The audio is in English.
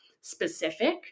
specific